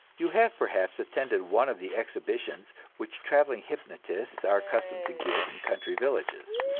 you have perhaps attended one of the exhibitions which traveling hypnotists are accustomed to give in country villages.